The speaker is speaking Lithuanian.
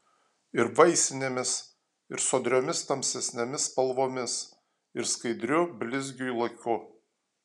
ir vaisinėmis ir sodriomis tamsesnėmis spalvomis ir skaidriu blizgiui laku